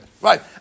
Right